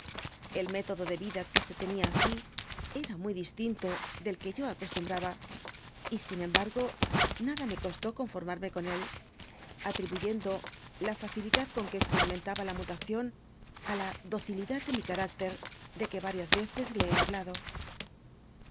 el método de yida que se tenia aqui era muy distinto del que yo acostumbraba y sin embargo nada me costé confarmarme con él atribuyendo la facilidad con que experimentaba la mutación á la docilidad de mi carácter de que varias veces le hé hablado